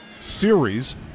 series